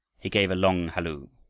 he gave a long halloo.